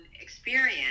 experience